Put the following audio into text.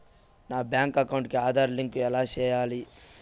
నా bank account కి Aadhaar link ఎలా సేయాలి